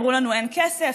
אמרו לנו אין כסף,